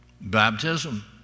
Baptism